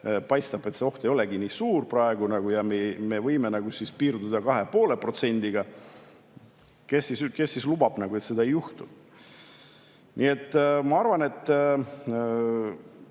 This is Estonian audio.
paistab, et see oht ei olegi nagu nii suur praegu ja me võime piirduda 2,5%‑ga – kes siis saab lubada, et seda ei juhtu? Nii et ma arvan, et